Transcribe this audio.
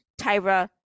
Tyra